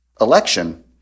election